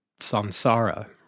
samsara